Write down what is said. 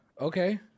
Okay